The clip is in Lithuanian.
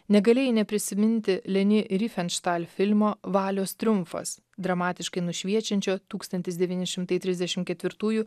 negalėjai neprisiminti leni rifenštal filmo valios triumfas dramatiškai nušviečiančio tūkstantis devyni šimtai trisdešim ketvirtųjų